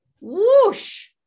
whoosh